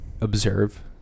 observe